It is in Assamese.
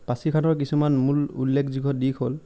পাছিঘাটৰ কিছুমান মূল উল্লেখযোগ্য দিশ হ'ল